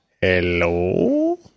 Hello